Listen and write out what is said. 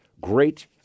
great